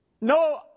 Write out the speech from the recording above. no